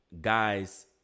guys